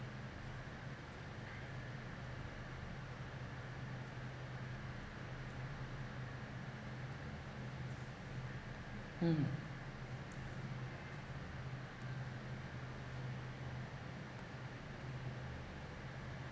mm